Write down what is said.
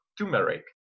turmeric